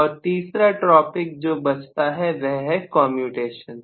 और तीसरा टॉपिक जो बचता है वह है काम्यूटेशन